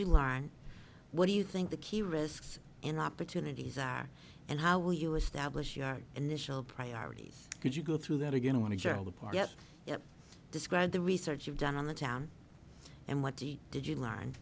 you learn what do you think the key risks in opportunities are and how will you establish your initial priorities could you go through that again i want to gerald apart yet describe the research you've done on the town and what did you learn